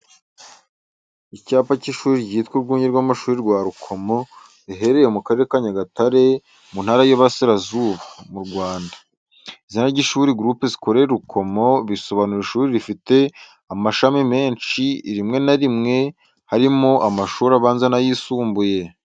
Icyapa cy’ishuri ryitwa urwunge rw'amashuri rwa Rukomo, riherereye mu karere ka Nyagatare mu ntara y’Iburasirazuba, mu Rwanda. izina ry’ishuri. "Groupe Scolaire rukomo" bisobanura ishuri rifite amashami menshi, rimwe na rimwe harimo amashuri abanza n’ayisumbuye.